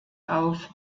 auf